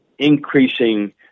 increasing